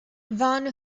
van